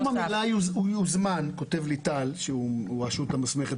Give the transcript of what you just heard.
במקום המילה "הוזמן על ידי גורם" - כותב לי טל שהוא הרשות המוסמכת